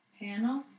Panel